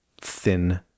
thin